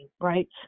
right